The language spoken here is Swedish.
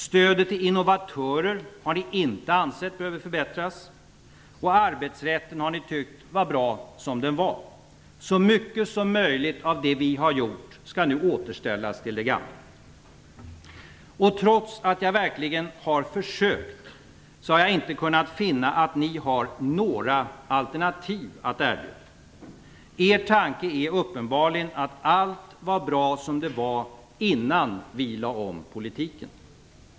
Ni har inte ansett att stödet till innovatörer behöver förbättras, och ni har tyckt att arbetsrätten var bra som den var. Så mycket som möjligt av det vi har gjort skall nu återställas till det gamla. Trots att jag verkligen har försökt har jag inte kunnat finna att ni har några alternativ att erbjuda. Er tanke är uppenbarligen att allt var bra som det var innan vi lade om politiken.